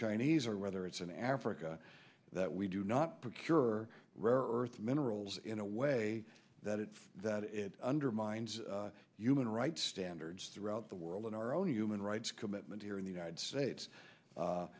chinese or whether it's in africa that we do not procure rare earth minerals in a way that it's that it undermines human rights standards throughout the world in our own human rights commitment here in the united states